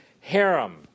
harem